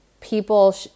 people